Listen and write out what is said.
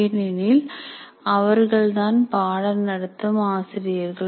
ஏனெனில் அவர்கள்தான் பாடம் நடத்தும் ஆசிரியர்கள்